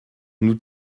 nous